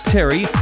Terry